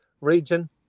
region